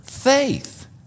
Faith